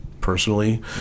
personally